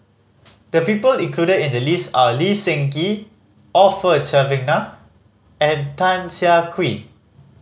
the people included in the list are Lee Seng Gee Orfeur Cavenagh and Tan Siah Kwee